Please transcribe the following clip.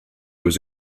was